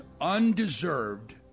undeserved